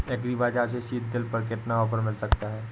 Agree Bazaar से seed drill पर कितना ऑफर मिल सकता है?